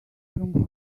from